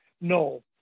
no